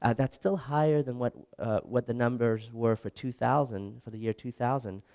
ah that's still higher than what what the numbers were for two thousand, for the year two thousand,